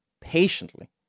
patiently